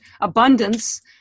abundance